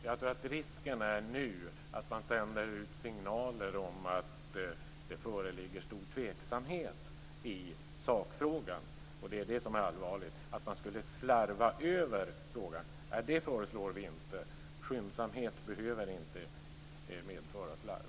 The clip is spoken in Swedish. Fru talman! Risken nu är att man sänder ut signaler om att det föreligger stor tveksamhet i sakfrågan. Det är det som är allvarligt. Vi föreslår inte att man skulle slarva över frågan. Skyndsamhet behöver inte medföra slarv.